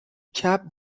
cab